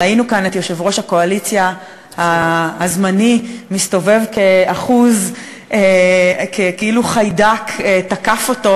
ראינו כאן את יושב-ראש הקואליציה הזמני מסתובב כאילו חיידק תקף אותו,